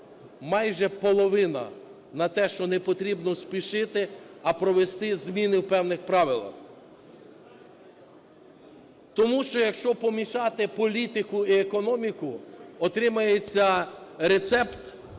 майже половина на те, що не потрібно спішити, а провести зміни в певних правилах, тому що, якщо помішати політику і економіку – отримається рецепт,